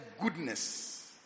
goodness